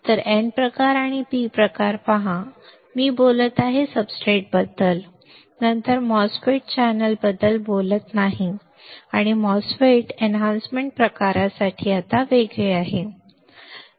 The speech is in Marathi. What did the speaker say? तर n प्रकार आणि P प्रकार पहा मी बोलत आहे सब्सट्रेट बद्दल नंतर MOSFET चॅनेल बद्दल बोलत नाही आणि MOSFET वर्धन प्रकारासाठी आता वेगळे आहे